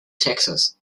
texas